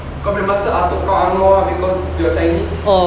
kau bila masa atuk kau ang moh habis kau pure chinese